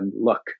look